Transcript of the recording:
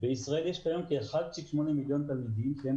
בישראל יש כיום כ-1,8 מיליון תלמידים שהם